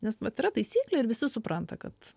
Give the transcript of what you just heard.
nes vat yra taisyklė ir visi supranta kad